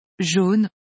jaune